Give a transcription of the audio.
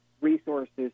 resources